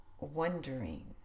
wondering